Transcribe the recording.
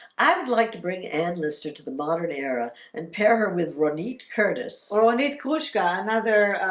i would like to bring an lister to the modern era and pair her with ronique curtis or one eight koosh got another